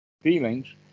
feelings